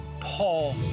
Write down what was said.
Paul